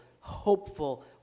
hopeful